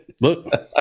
look-